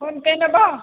phone pay ନେବ